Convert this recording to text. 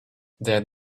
that